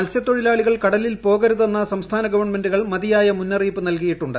മത്സ്യതൊഴിലാളികൾ കടലിൽ പോകരുതെന്ന് സംസ്ഥാന ഗവൺമെന്റുകൾ മതിയായ മുന്നറിയിപ്പ് നൽകിയിട്ടുണ്ട്